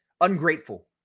ungrateful